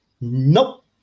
Nope